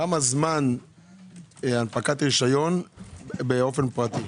כמה זמן הנפקת רשיון באופן פרטי?